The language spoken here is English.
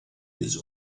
his